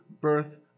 birth